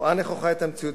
הרואה נכוחה את המציאות,